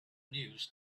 news